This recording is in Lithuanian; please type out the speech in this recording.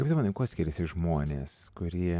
kaip tu manai kuo skiriasi žmonės kurie